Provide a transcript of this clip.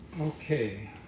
Okay